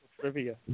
trivia